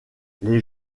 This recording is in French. les